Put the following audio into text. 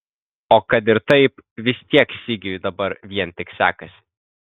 o kad ir taip vis tiek sigiui dabar vien tik sekasi